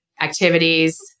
activities